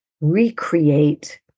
recreate